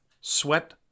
sweat